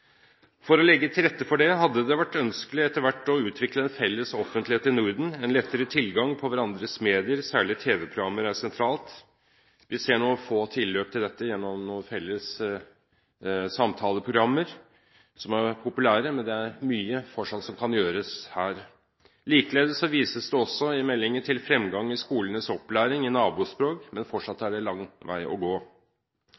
For å legge til rette for det hadde det vært ønskelig etter hvert å utvikle en felles offentlighet i Norden, en lettere tilgang til hverandres medier, særlig tv-programmer er sentralt. Vi ser noen få tilløp til dette gjennom noen felles samtaleprogrammer, som er populære, men det er mye som fortsatt kan gjøres her. Likeledes vises det også til fremgang i skolenes opplæring i nabospråk, men fortsatt